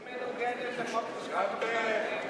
היא מנוגדת לחוק לשכת עורכי-הדין,